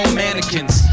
mannequins